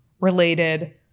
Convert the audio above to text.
related